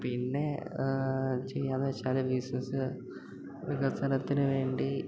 പിന്നെ ചെയ്യാമെന്നു വെച്ചാൽ ബിസിനസ്സ് വികസനത്തിനു വേണ്ടി